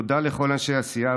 תודה לכל אנשי הסיעה,